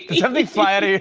but something fly out of your